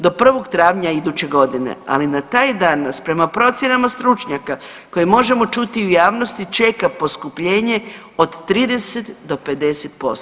Do 1. travnja iduće godine, ali na taj dan nas prema procjenama stručnjaka koje možemo čuti u javnosti čeka poskupljenje od 30 do 50%